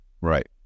Right